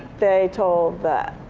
they told the